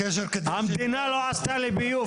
המדינה לא עשתה לי ביוב,